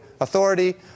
authority